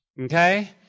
Okay